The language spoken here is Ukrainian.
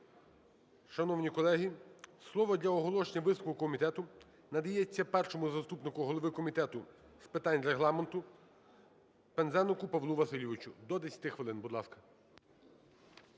шановні колеги, слово для оголошення висновку комітету надається першому заступнику голови Комітету з питань Регламенту Пинзенику Павлу Васильовичу – до 10 хвилин. Будь ласка.